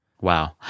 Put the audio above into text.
Wow